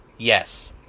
Yes